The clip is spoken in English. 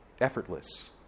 effortless